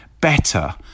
better